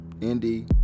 Indy